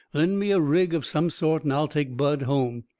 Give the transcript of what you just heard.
lend me a rig of some sort and i'll take bud home.